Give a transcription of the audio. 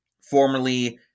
formerly